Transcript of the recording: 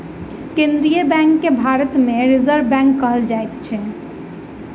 केन्द्रीय बैंक के भारत मे रिजर्व बैंक कहल जाइत अछि